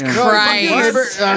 Christ